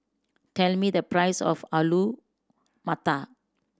tell me the price of Alu Matar